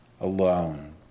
alone